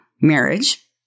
marriage